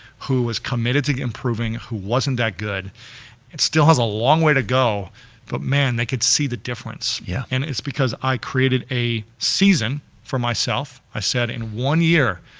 who is committed to improving, who wasn't that good and still has a long way to go but man, they could see the difference. yeah and it's because i created a season for myself, i said in one year,